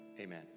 amen